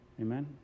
Amen